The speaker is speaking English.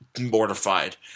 mortified